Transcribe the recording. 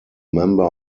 member